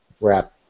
wrap